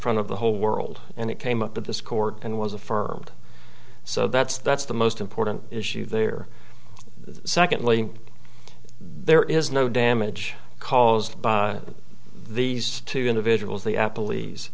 front of the whole world and it came up at this court and was affirmed so that's that's the most important issue there secondly there is no damage caused by these two individuals the apple e's